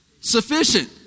Sufficient